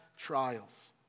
trials